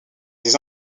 des